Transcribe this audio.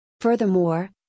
Furthermore